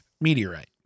meteorite